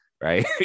right